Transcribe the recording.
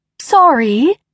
Sorry